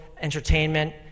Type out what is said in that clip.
entertainment